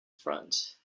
front